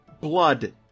blood